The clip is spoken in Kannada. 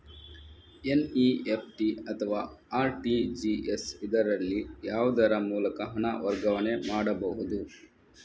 ಎನ್.ಇ.ಎಫ್.ಟಿ ಅಥವಾ ಆರ್.ಟಿ.ಜಿ.ಎಸ್, ಇದರಲ್ಲಿ ಯಾವುದರ ಮೂಲಕ ಹಣ ವರ್ಗಾವಣೆ ಮಾಡಬಹುದು?